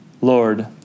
Lord